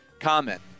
comment